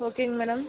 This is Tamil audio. ஓகேங்க மேடம்